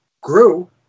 grew